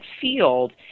field